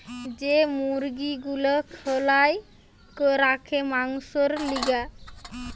যে মুরগি গুলা খোলায় রাখে মাংসোর লিগে